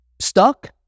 stuck